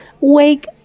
Wake